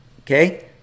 Okay